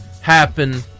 happen